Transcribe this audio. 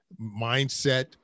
mindset